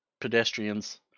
pedestrians